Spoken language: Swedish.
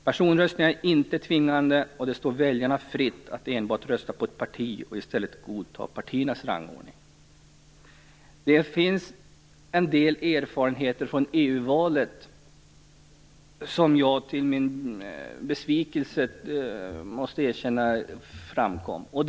Personröster är inte tvingande, och det står väljarna fritt att enbart rösta på ett parti och godta partiernas rangordning. Jag måste till min besvikelse erkänna en del erfarenheter som framkom i EU-valet.